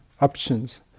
options